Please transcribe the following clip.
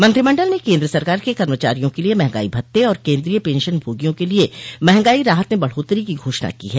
मंत्रिमंडल ने केन्द्र सरकार के कर्मचारियों क लिए मंहगाई भत्ते और केन्द्रीय पेंशन भोगियों के लिए मंहगाई राहत में बढोतरी की घोषणा की है